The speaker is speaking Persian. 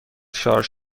شارژ